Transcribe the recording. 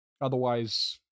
otherwise